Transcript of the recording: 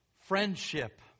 Friendship